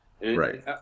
Right